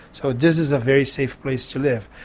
so this is a very safe place to live,